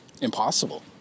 impossible